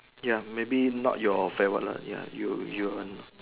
ya maybe not your favourite lor ya you you